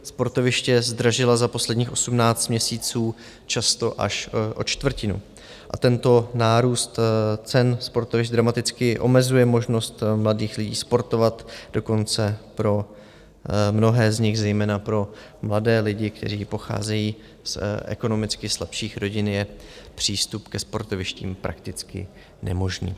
Sportoviště zdražila za posledních 18 měsíců často až o čtvrtinu a tento nárůst cen sportovišť dramaticky omezuje možnost mladých lidí sportovat, dokonce pro mnohé z nich, zejména pro mladé lidi, kteří pocházejí z ekonomicky slabších rodin, je přístup ke sportovištím prakticky nemožný.